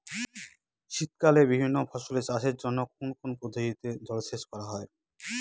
শীতকালে বিভিন্ন ফসলের চাষের জন্য কোন কোন পদ্ধতিতে জলসেচ করা হয়?